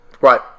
Right